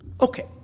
Okay